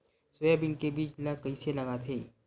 Soybean के बीज ल कइसे लगाथे?